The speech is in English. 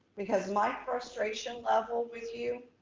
because my frustration level with you